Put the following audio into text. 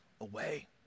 away